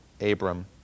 Abram